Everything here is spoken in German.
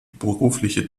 berufliche